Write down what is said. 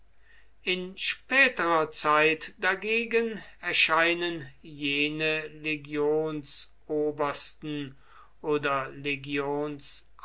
in späterer zeit dagegen erscheinen jene legionsobersten oder